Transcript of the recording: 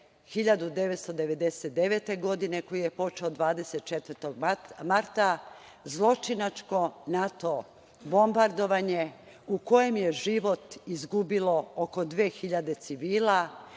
1999. godine, koji je počeo 24. marta zločinačkim NATO bombardovanjem u kojem je život izgubilo oko 2.000 civila,